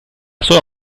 sua